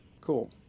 cool